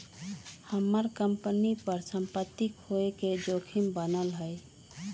हम्मर कंपनी पर सम्पत्ति खोये के जोखिम बनल हई